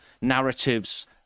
narratives